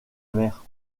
mère